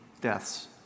deaths